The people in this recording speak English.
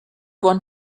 want